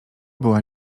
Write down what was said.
była